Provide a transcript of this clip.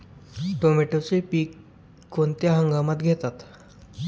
टोमॅटोचे पीक कोणत्या हंगामात घेतात?